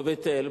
בבית-אל,